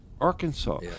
Arkansas